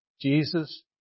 Jesus